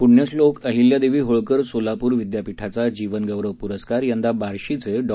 प्ण्यश्लोक अहिल्यादेवी होळकर सोलापूर विद्यापीठाचा जीवनगौरव पुरस्कार यदा बार्शीचे डॉ